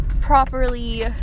properly